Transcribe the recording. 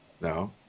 No